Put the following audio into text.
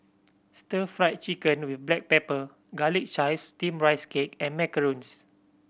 Stir Fried Chicken with black pepper Garlic Chives Steamed Rice Cake and macarons